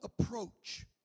approach